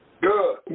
Good